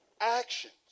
actions